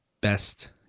best